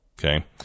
Okay